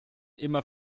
immer